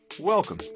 Welcome